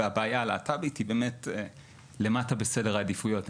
והבעיה הלהט"בית היא למטה בסדר העדיפויות.